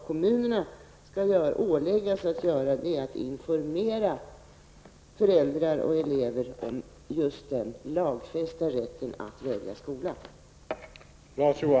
Kommunerna skall alltså åläggas att informera föräldrar och elever om just den lagfästa rätten att välja skola.